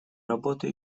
работа